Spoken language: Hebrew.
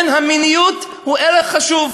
כן, המיניות היא ערך חשוב.